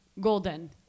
Golden